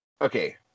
Okay